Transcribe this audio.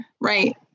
Right